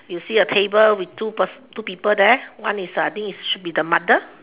you see a table with two person with two people there one is the I think should be the mother